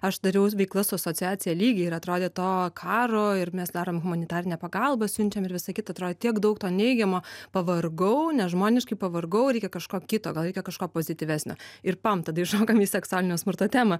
aš dariaus veiklas su asociacija lygiai ir atrodė to karo ir mes darom humanitarinę pagalbą siunčiam ir visą kitą atrodė tiek daug to neigiamo pavargau nežmoniškai pavargau reikia kažko kito gal reikia kažko pozityvesnio ir pam tada išaugam į seksualinio smurto temą